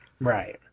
Right